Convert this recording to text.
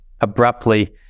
abruptly